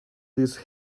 these